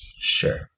Sure